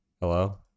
Hello